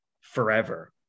forever